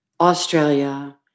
Australia